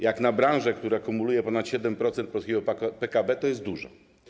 Jak na branżę, która kumuluje ponad 7% polskiego PKB, to jest dużo.